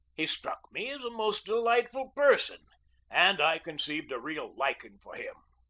he struck me as a most delightful person and i conceived a real liking for him.